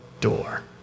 door